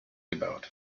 about